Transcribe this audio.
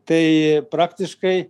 tai praktiškai